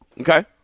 okay